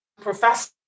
professor